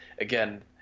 again